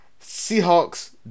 Seahawks